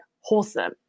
wholesome